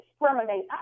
discriminate